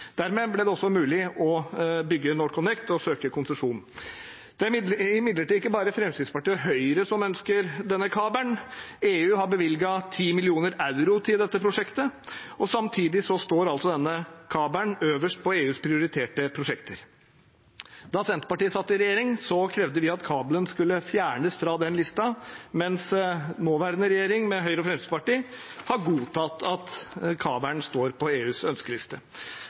Dermed ble det også mulig å søke om konsesjon for å bygge NorthConnect . Det er imidlertid ikke bare Fremskrittspartiet og Høyre som ønsker denne kabelen. EU har bevilget 10 mill. euro til dette prosjektet. Samtidig står denne kabelen øverst blant EUs prioriterte prosjekter. Da Senterpartiet satt i regjering, krevde vi at kabelen skulle fjernes fra listen, mens nåværende regjering, med Høyre og Fremskrittspartiet, har godtatt at kabelen står på EUs ønskeliste.